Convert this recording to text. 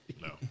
No